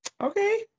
Okay